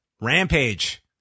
Rampage